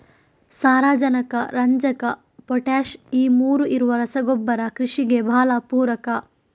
ಸಾರಾಜನಕ, ರಂಜಕ, ಪೊಟಾಷ್ ಈ ಮೂರೂ ಇರುವ ರಸಗೊಬ್ಬರ ಕೃಷಿಗೆ ಭಾಳ ಪೂರಕ